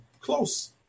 close